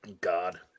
God